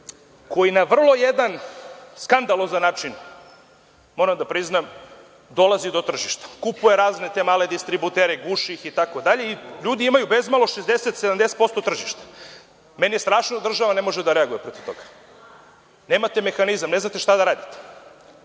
koji na vrlo jedan skandalozan način, moram da priznam, dolazi do tržišta, kupuje razne te male distributere, guši ih itd. i ljudi imaju bezmalo 60-70% tržišta. Meni je strašno da država ne može da reaguje protiv toga. Nemate mehanizam, ne znate šta da radite,